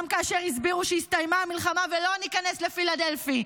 גם כאשר הסבירו שהסתיימה המלחמה ולא ניכנס לפילדלפי,